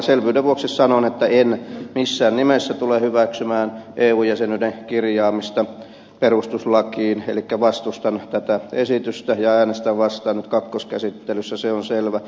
selvyyden vuoksi sanon että en missään nimessä tule hyväksymään eu jäsenyyden kirjaamista perustuslakiin elikkä vastustan tätä esitystä ja äänestän vastaan nyt kakkoskäsittelyssä se on selvä